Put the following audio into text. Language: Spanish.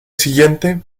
siguiente